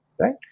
right